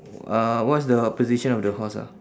uh what's the position of the horse ah